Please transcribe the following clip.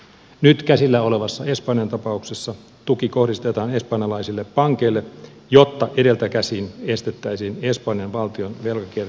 nyt käsillä olevassa espanjan tapauksessa tuki kohdistetaan espanjalaisille pankeille jotta edeltä käsin estettäisiin espanjan valtion velkakierteen pahenemista